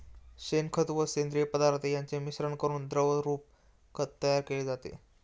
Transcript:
शेणखत व सेंद्रिय पदार्थ यांचे मिश्रण करून द्रवरूप खत तयार केले जाते